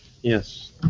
Yes